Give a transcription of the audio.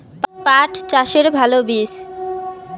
পাঠ চাষের ভালো বীজ?